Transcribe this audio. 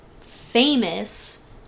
famous